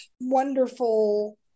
wonderful